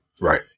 Right